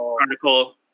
article